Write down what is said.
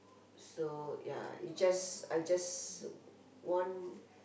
so ya it's just I just want